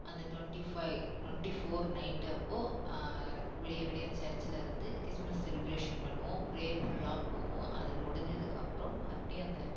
அந்த twenty five twenty four night அப்போ விடிய விடிய அந்த சர்ச்சில் இருந்து கிறிஸ்மஸ் செலிப்ரேஷன் பண்ணுவோம் ப்ரேயர் ஃபுல்லாக போவு ம் அது முடிஞ்சதுக்கு அப்புறோம் மறுபடியும் அந்த